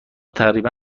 تقریبا